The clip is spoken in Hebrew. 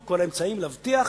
כל האמצעים כדי להבטיח